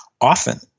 often